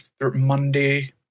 Monday